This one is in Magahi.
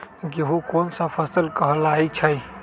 गेहूँ कोन सा फसल कहलाई छई?